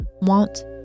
want